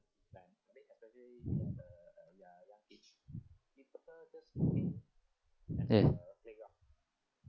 eh